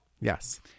Yes